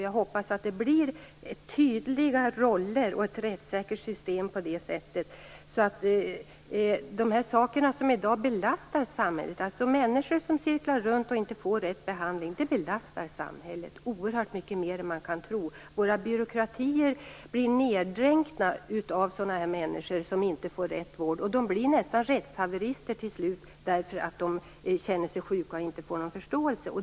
Jag hoppas att det blir tydliga roller och ett rättssäkert system. De människor som cirklar runt och som inte får rätt behandling belastar samhället oerhört mycket mer än man kan tro. Våra byråkratier blir neddränkta med människor som inte får rätt vård. De blir nästan rättshaverister till slut för att de känner sig sjuka men inte får någon förståelse.